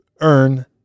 earn